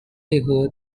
配合